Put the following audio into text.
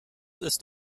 ist